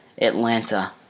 Atlanta